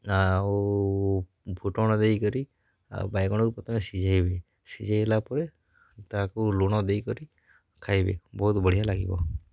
ଆଉ ଫୁଟଣ ଦେଇକରି ଆଉ ବାଇଗଣକୁ ପ୍ରଥମେ ସିଜେଇବେ ସିଜେଇଲା ପରେ ତାକୁ ଲୁଣ ଦେଇକରି ଖାଇବେ ବହୁତ ବଢ଼ିଆ ଲାଗିବ